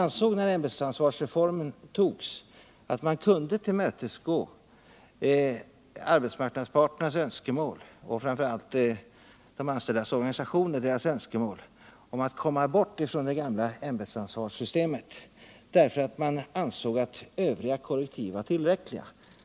När ämbetsansvarsreformen togs ansågs att man kunde tillmötesgå arbetsmarknadsparternas önskemål och framför allt de anställdas organisationers önskemål att komma bort från det gamla ämbetsansvarssystemet, därför att man ansåg att övriga korrektiv var tillräckliga.